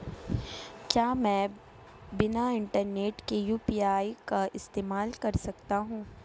क्या मैं बिना इंटरनेट के यू.पी.आई का इस्तेमाल कर सकता हूं?